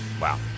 Wow